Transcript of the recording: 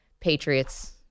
Patriots